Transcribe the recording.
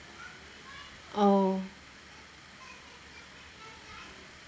oh